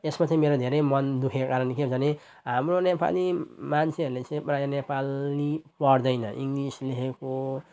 यसमा चाहिँ मेरो धेरै मन दुखेको कारण के हुन्छ भने हाम्रो नेपाली मान्छेहरूले चाहिँ प्रायः नेपाली पढ्दैन इङ्लिस लेखेको